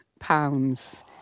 Pounds